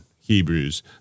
Hebrews